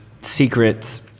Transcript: secrets